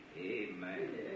Amen